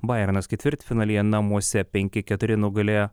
bajernas ketvirtfinalyje namuose penki keturi nugalėjo